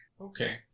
Okay